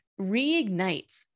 reignites